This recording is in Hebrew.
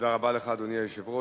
תודה רבה לך, אדוני היושב-ראש.